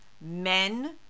men